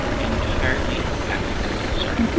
entirely accidental, sir.